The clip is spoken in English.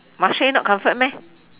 Marche not comfort meh